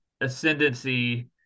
ascendancy